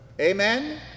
Amen